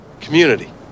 community